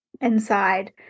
inside